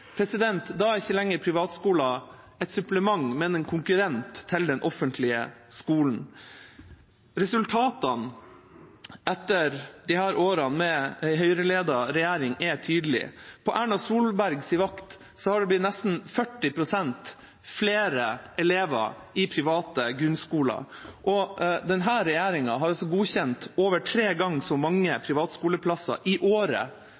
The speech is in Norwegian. Da er ikke privatskoler lenger et supplement, men en konkurrent til den offentlige skolen. Resultatene etter disse årene med en Høyre-ledet regjering er tydelige. På Erna Solbergs vakt har det blitt nesten 40 pst. flere elever i private grunnskoler, og denne regjeringa har godkjent over tre ganger så mange privatskoleplasser i året